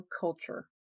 culture